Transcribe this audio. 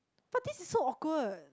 but this is so awkward